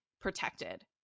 protected